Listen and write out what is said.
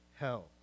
hell